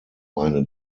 meine